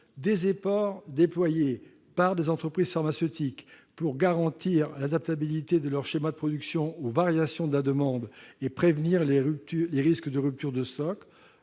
des efforts déployés par les entreprises pharmaceutiques pour garantir l'adaptabilité de leurs schémas de production aux variations de la demande et prévenir les risques de rupture de stock.